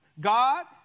God